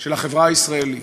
של החברה הישראלית.